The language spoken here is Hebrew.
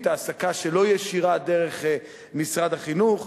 "העסקה שלא דרך משרד החינוך",